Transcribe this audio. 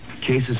Cases